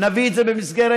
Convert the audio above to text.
נביא את זה במסגרת